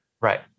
Right